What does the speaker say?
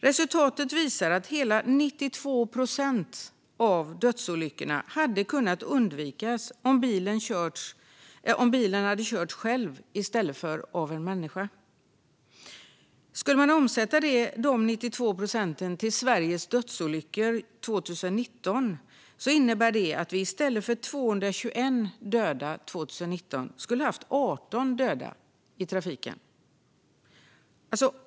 Resultatet visar att hela 92 procent av dödsolyckorna hade kunnat undvikas om bilen hade kört själv i stället för att köras av en människa. Skulle man omsätta de 92 procenten till Sveriges dödsolyckor under 2019 skulle det innebära att vi i stället för 221 döda skulle ha haft 18 döda i trafiken.